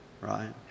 right